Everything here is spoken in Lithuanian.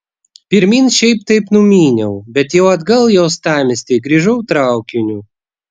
pirmyn šiaip taip numyniau bet jau atgal į uostamiestį grįžau traukiniu